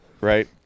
right